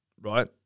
right